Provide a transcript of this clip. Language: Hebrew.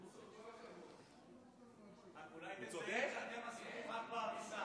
רק אולי תדייק שאתם עוסקים רק בהריסה.